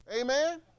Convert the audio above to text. Amen